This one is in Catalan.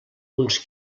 uns